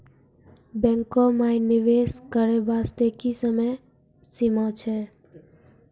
बैंको माई निवेश करे बास्ते की समय सीमा छै?